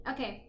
Okay